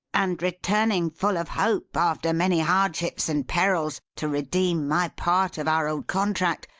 and returning, full of hope, after many hardships and perils, to redeem my part of our old contract,